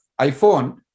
iPhone